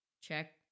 check